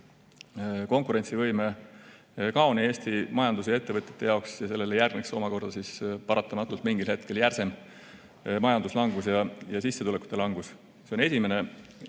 konkurentsivõime kaotamiseni Eesti majanduse ja ettevõtete jaoks ja sellele järgneks omakorda siis paratamatult mingil hetkel järsem majanduslangus ja sissetulekute langus. See on esimene